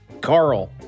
Carl